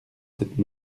cette